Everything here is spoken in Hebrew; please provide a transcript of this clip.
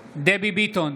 ביטון,